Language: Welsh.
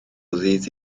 ddydd